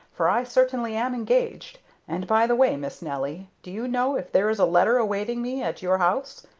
for i certainly am engaged and, by the way, miss nelly, do you know if there is a letter awaiting me at your house?